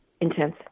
intense